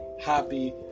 happy